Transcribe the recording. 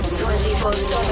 24-7